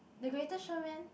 the Greatest Showman